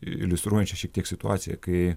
iliustruojančią šiek tiek situaciją kai